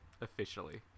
officially